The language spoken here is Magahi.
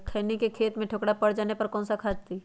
खैनी के खेत में ठोकरा पर जाने पर कौन सा खाद दी?